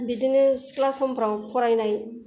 बिदिनो सिख्ला समफ्राव फरायनाय